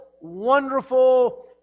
wonderful